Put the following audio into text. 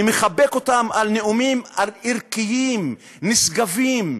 אני מחבק אותם על נאומים ערכיים, נשגבים,